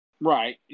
Right